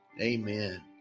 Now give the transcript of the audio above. amen